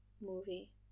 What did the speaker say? movie